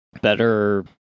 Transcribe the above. Better